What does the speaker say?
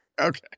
Okay